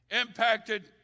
impacted